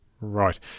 Right